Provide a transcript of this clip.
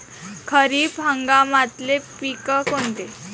खरीप हंगामातले पिकं कोनते?